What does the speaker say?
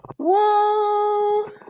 Whoa